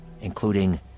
including